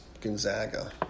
Gonzaga